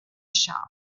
shop